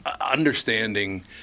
understanding